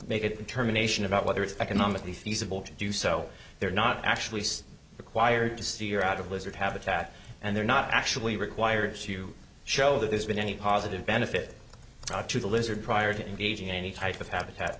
make it term a nation about whether it's economically feasible to do so they're not actually required to steer out of lizard habitat and they're not actually required to show that there's been any positive benefit to the lizard prior to engaging in any type of habitat